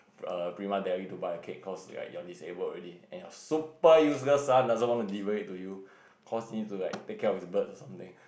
(err)Primadeli to buy a cake cause like you disabled already and your super useless son don't want to deliver to you cause he needs to like take cake of his birds or something